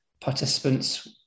participants